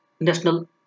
National